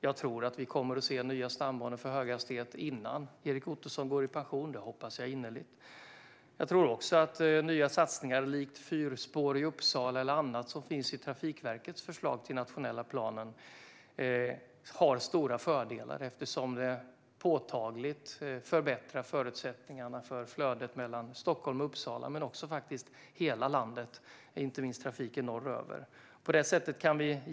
Vi kommer nog att se nya stambanor för höghastighetståg innan Erik Ottoson går i pension, det hoppas jag innerligt. Nya satsningar likt fyrhjulsspår i Uppsala eller annat som finns i Trafikverkets förslag till den nationella planen har stora fördelar eftersom det påtagligt förbättrar förutsättningarna för flödet mellan Stockholm och Uppsala, men också för hela landet, inte minst för trafiken norröver.